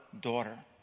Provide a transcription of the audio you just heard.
daughter